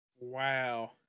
Wow